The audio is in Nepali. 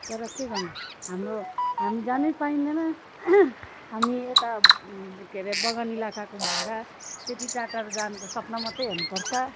तर के गर्नु हाम्रो हामी जानै पाइँदैन हामी यता के अरे बगान इलाकाको भएर त्यत्ति टाढटाढो जानु त सपना मात्रै हेर्नुपर्छ